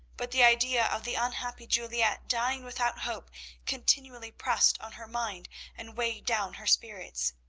but the idea of the unhappy juliette dying without hope continually pressed on her mind and weighed down her spirits.